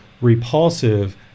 repulsive